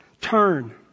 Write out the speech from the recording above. turn